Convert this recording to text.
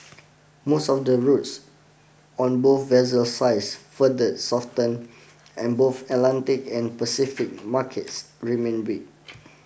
most of the routes on both vessel size further softened and both Atlantic and Pacific markets remained weak